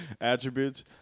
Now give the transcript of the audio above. attributes